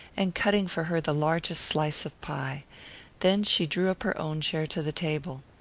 and cutting for her the largest slice of pie then she drew up her own chair to the table.